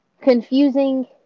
confusing